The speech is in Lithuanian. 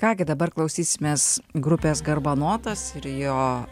ką gi dabar klausysimės grupės garbanotas ir jo